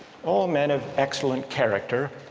all men of excellent character,